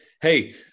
Hey